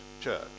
church